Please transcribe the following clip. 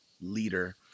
leader